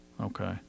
Okay